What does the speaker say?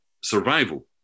survival